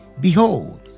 Behold